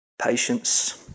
patience